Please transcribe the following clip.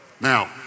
Now